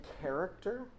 character